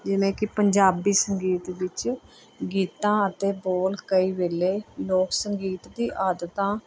ਜਿਵੇਂ ਕਿ ਪੰਜਾਬੀ ਸੰਗੀਤ ਵਿੱਚ ਗੀਤਾਂ ਅਤੇ ਬੋਲ ਕਈ ਵੇਲੇ ਲੋਕ ਸੰਗੀਤ ਦੀ ਆਦਤਾਂ